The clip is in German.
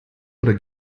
oder